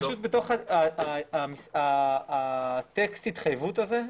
בתוך טקסט ההתחייבות הזה,